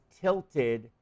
tilted